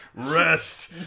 Rest